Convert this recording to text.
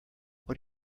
what